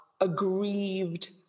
aggrieved